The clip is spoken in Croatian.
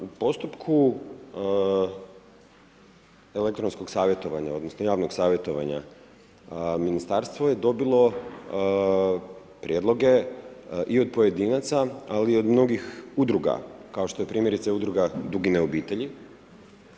U postupku elektronskog savjetovanja odnosno javnog savjetovanja Ministarstvo je dobilo prijedloge i od pojedinaca, ali i od mnogih udruga, kao što je primjerice udruga Dugine obitelji.